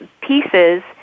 pieces